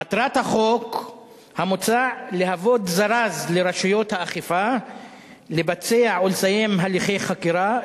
מטרת החוק המוצע להוות זרז לרשויות האכיפה לבצע ולסיים הליכי חקירה,